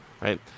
right